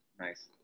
Nice